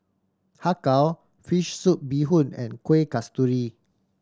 Har Kow fish soup bee hoon and Kueh Kasturi